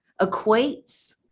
equates